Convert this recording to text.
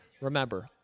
Remember